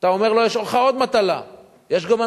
אתה אומר לו: יש לך עוד מטלה,